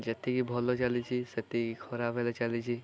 ଯେତିକି ଭଲ ଚାଲିଛି ସେତିକି ଖରାପ ହେଲେ ଚାଲିଛି